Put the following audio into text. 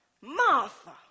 Martha